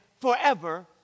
forever